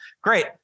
Great